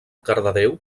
cardedeu